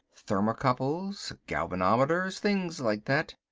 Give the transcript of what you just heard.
thermocouples, galvanometers, things like that.